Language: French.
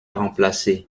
remplacé